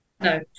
No